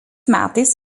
metais